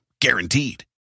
guaranteed